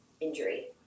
injury